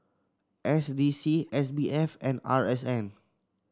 S D C S B F and R S N